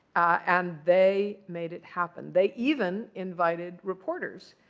and they made it happen. they even invited reporters,